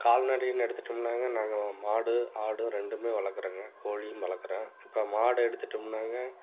இப்போ கால்நடைன்னு எடுத்துகிட்டோம்னாங்க நாங்கள் மாடு ஆடு ரெண்டுமே வளர்க்குறோங்க கோழியும் வளர்க்குறோம் இப்போ மாடு எடுத்துகிட்டோம்னாங்க